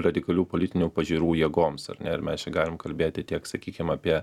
radikalių politinių pažiūrų jėgoms ar ne ir mes čia galim kalbėti tiek sakykim apie